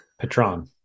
patron